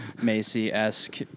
Macy-esque